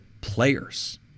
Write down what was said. players